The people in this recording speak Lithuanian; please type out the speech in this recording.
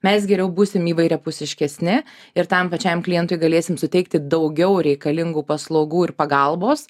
mes geriau būsim įvairiapusiškesni ir tam pačiam klientui galėsim suteikti daugiau reikalingų paslaugų ir pagalbos